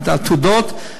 על העתודות.